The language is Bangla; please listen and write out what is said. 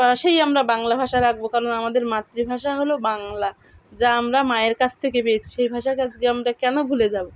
পা সেই আমরা বাংলা ভাষা রাখবো কারণ আমাদের মাতৃভাষা হলো বাংলা যা আমরা মায়ের কাছ থেকে পেয়েছি সেই ভাষার কাজকে আমরা কেন ভুলে যাব